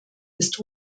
ist